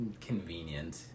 convenient